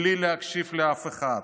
בלי להקשיב לאף אחד.